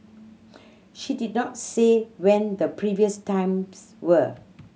she did not say when the previous times were